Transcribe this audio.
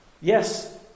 Yes